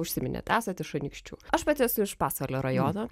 užsiminėt esat iš anykščių aš pati esu iš pasvalio rajono